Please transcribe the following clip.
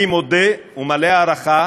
אני מודה ומלא הערכה